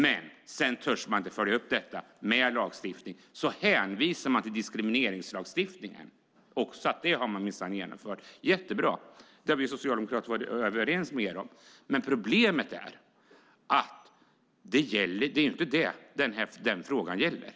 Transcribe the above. Sedan törs de inte följa upp detta med lagstiftning utan hänvisar till att de minsann genomfört diskrimineringslagstiftningen. Jättebra - det har vi socialdemokrater varit överens med er om. Men problemet är att det inte är det frågan gäller.